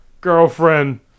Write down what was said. Girlfriend